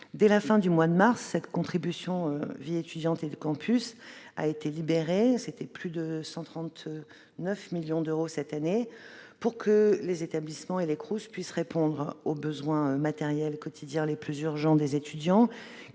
Dès la fin du mois de mars, la contribution de vie étudiante et de campus a été libérée, soit un montant de plus de 139 millions d'euros cette année, pour que les établissements et les Crous puissent répondre aux besoins matériels quotidiens les plus urgents des étudiants,